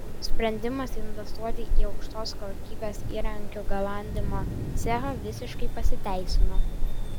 sprendimas investuoti į aukštos kokybės įrankių galandimo cechą visiškai pasiteisino